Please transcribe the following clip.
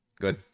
Good